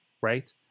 right